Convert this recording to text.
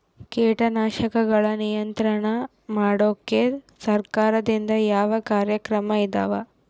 ಕೇಟನಾಶಕಗಳ ನಿಯಂತ್ರಣ ಮಾಡೋಕೆ ಸರಕಾರದಿಂದ ಯಾವ ಕಾರ್ಯಕ್ರಮ ಇದಾವ?